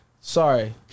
sorry